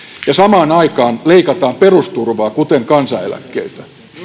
ja samaan aikaan leikataan perusturvaa kuten kansaneläkkeitä